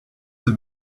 have